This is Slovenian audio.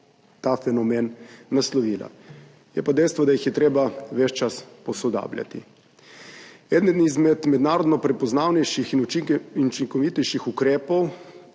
ta fenomen naslovila. Je pa dejstvo, da jih je treba ves čas posodabljati. Eden izmed mednarodno prepoznavnejših in učinkovitejših ukrepov